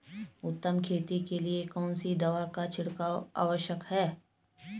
उत्तम खेती के लिए कौन सी दवा का छिड़काव आवश्यक है?